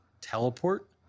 teleport